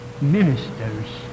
ministers